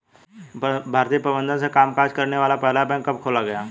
भारतीय प्रबंधन से कामकाज करने वाला पहला बैंक कब खोला गया?